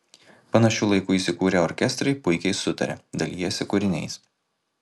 panašiu laiku įsikūrę orkestrai puikiai sutaria dalijasi kūriniais